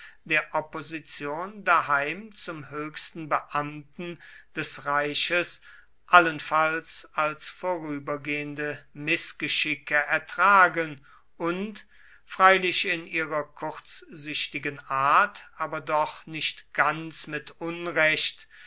der opposition daheim zum höchsten beamten des reiches allenfalls als vorübergehende mißgeschicke ertragen und freilich in ihrer kurzsichtigen art aber doch nicht ganz mit unrecht